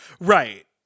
Right